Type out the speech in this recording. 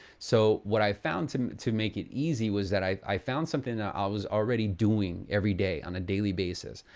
so what i found to make it easy, was that i found something i was already doing every day on a daily basis.